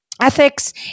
Ethics